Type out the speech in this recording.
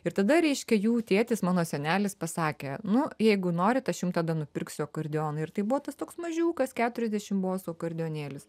ir tada reiškia jų tėtis mano senelis pasakė nu jeigu norit aš jum tada nupirksiu akordeoną ir tai buvo tas toks mažiukas keturiasdešim bosų akordionėlis